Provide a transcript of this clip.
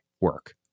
work